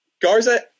Garza